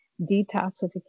detoxification